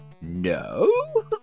no